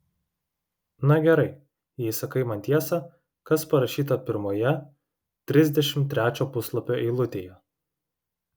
na gerai jei sakai man tiesą kas parašyta pirmoje trisdešimt trečio puslapio eilutėje